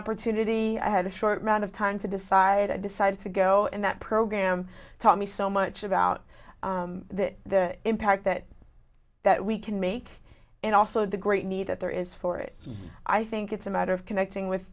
opportunity i had a short amount of time to decide i decided to go and that program taught me so much about the impact that that we can make and also the great need that there is for it i think it's a matter of connecting with